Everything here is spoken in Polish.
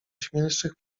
śmielszych